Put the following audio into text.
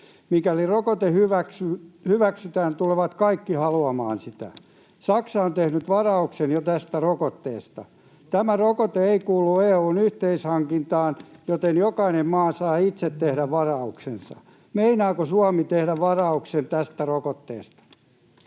Mikäli rokote hyväksytään, tulevat kaikki haluamaan sitä. Saksa on tehnyt jo varauksen tästä rokotteesta. Tämä rokote ei kuulu EU:n yhteishankintaan, joten jokainen maa saa itse tehdä varauksensa. Meinaako Suomi tehdä varauksen tästä rokotteesta?